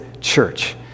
church